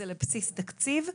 זה לבסיס תקציב.